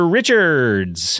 Richards